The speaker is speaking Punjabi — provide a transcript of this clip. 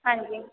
ਹਾਂਜੀ